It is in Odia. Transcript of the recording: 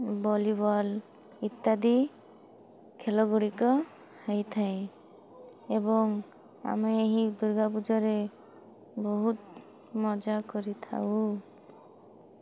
ଭଲିବଲ୍ ଇତ୍ୟାଦି ଖେଳଗୁଡ଼ିକ ହେଇଥାଏ ଏବଂ ଆମେ ଏହି ଦୁର୍ଗା ପୂଜାରେ ବହୁତ ମଜା କରିଥାଉ